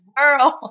world